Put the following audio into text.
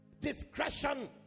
Discretion